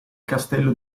castello